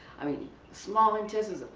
i mean small intestine,